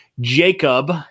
Jacob